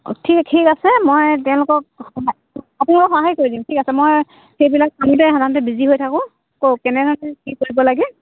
অঁ ঠিক ঠিক আছে মই তেওঁলোকক আপোনালোকক সহায় কৰি দিম ঠিক আছে মই চিভিলৰ কামতে সাধাৰণতে বিজি হৈ থাকোঁ ক'ত কেনে হৈছে কি কৰিব লাগে